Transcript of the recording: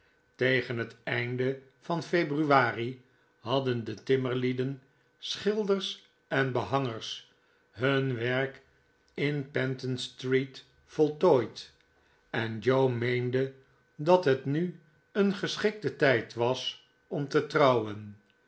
tegen het einde van februari hadden de timmerlieden schilders en behangers hun werk in penton street voltooid en joe meende dat het nu een geschikte tijd was om te trouwen